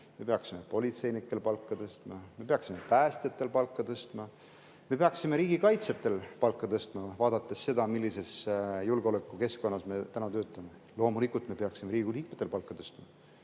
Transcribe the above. me peaksime politseinikel palka tõstma, me peaksime päästjatel palka tõstma, me peaksime riigikaitsjatel palka tõstma, vaadates seda, millises julgeolekukeskkonnas me täna töötame. Loomulikult me peaksime Riigikogu liikmetel palka tõstma